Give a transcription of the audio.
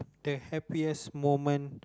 the happiest moment